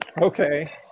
okay